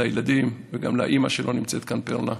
לילדים וגם לאימא שלא נמצאת כאן, פרלה: